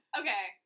okay